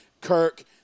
Kirk